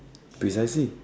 precisely